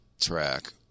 track